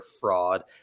fraud